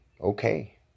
Okay